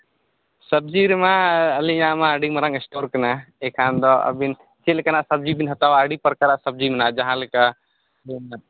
ᱥᱚᱵᱽᱡᱤ ᱨᱮᱢᱟ ᱟᱹᱞᱤᱧᱟᱜ ᱢᱟ ᱟᱹᱰᱤ ᱢᱟᱨᱟᱝ ᱥᱴᱳᱨ ᱠᱟᱱᱟ ᱮᱠᱷᱟᱱ ᱫᱚ ᱟᱹᱵᱤᱱ ᱪᱮᱫ ᱞᱮᱠᱟᱱᱟᱜ ᱥᱚᱵᱽᱡᱤ ᱵᱮᱱ ᱦᱟᱛᱟᱣᱟ ᱟᱹᱰᱤ ᱯᱨᱚᱠᱟᱨ ᱥᱚᱵᱽᱡᱤ ᱢᱮᱱᱟᱜᱼᱟ ᱡᱟᱦᱟᱸ ᱞᱮᱠᱟ ᱦᱮᱸ